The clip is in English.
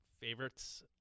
favorites